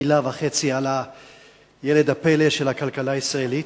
מלה וחצי על ילד הפלא של הכלכלה הישראלית,